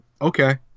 Okay